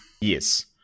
Yes